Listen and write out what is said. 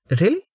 really